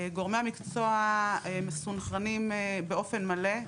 גורמי המקצוע מסונכרנים באופן מלא,